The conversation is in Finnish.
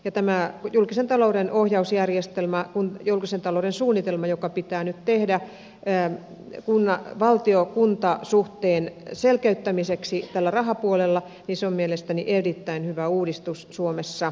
tämä julkisen talouden ohjausjärjestelmä julkisen talouden suunnitelma joka pitää nyt tehdä valtiokunta suhteen selkeyttämiseksi rahapuolella on mielestäni erittäin hyvä uudistus suomessa